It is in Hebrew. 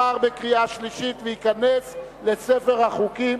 עבר בקריאה שלישית וייכנס לספר החוקים